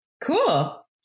Cool